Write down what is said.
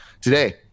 Today